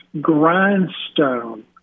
grindstone